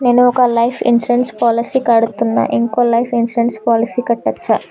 నేను ఒక life insurance policy కడ్తున్నా, ఇంకో లైఫ్ ఇన్సూరెన్స్ పాలసీ కట్టొచ్చా?